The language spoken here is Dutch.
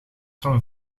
van